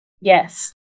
Yes